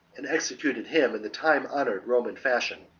and executed him in the time-honoured roman fashion.